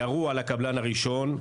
ירו על הקבלן הראשון,